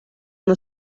the